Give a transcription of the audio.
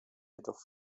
jedoch